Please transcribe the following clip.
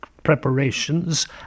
Preparations